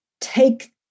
take